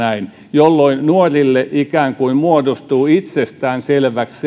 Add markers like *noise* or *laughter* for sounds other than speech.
jolloin nuorille ikään kuin muodostuu itsestäänselväksi *unintelligible*